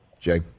Jay